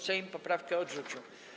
Sejm poprawkę odrzucił.